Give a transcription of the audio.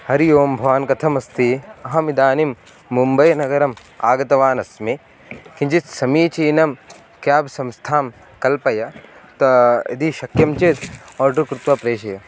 हरिः ओं भवान् कथमस्ति अहम् इदानीं मुम्बैनगरम् आगतवान् अस्मि किञ्चित् समीचीनं केब् संस्थां कल्पय तथा यदि शक्यं चेत् आर्डर् कृत्वा प्रेषय